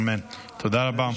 אמן, תודה רבה.